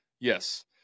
Yes